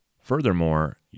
Furthermore